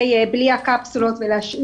דיברו על בדיקות סקר שניתן לבצע במטפלות --- יפה,